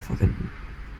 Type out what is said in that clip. verwenden